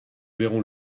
verrons